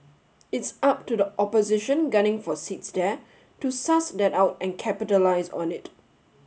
it's up to the opposition gunning for seats there to suss that out and capitalise on it